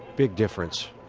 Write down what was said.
big difference